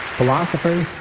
philosophers,